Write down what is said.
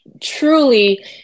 truly